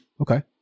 Okay